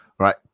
right